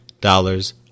dollars